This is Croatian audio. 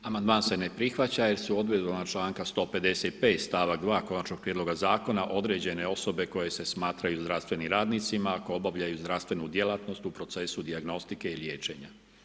Amandman se ne prihvaća jer su odredbama članka 155. stavak 2. konačnog prijedloga zakona određene osobe koje se smatraju zdravstvenim radnicima, koje obavljaju zdravstvenu djelatnost u procesu dijagnostike i liječenja.